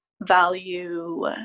value